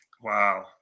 wow